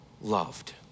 loved